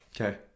Okay